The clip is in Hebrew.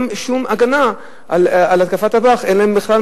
אנחנו יודעים היום שיש בעיה, חס וחלילה,